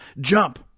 Jump